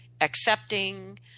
accepting